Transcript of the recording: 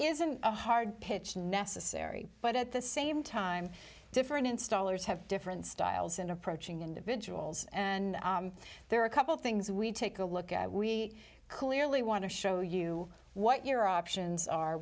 isn't a hard pitch necessary but at the same time different installers have different styles in approaching individuals and there are a couple things we take a look at we clearly want to show you what your options are